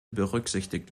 berücksichtigt